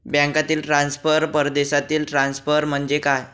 बँकांतील ट्रान्सफर, परदेशातील ट्रान्सफर म्हणजे काय?